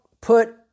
put